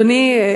אדוני,